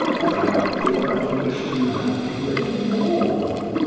and i did not wish to love you any more.